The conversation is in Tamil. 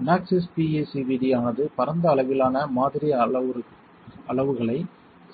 அனாக்சிஸ் பிஈசிவிடி ஆனது பரந்த அளவிலான மாதிரி அளவுகளை